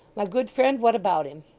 my good friend, what about him